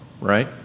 right